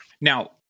Now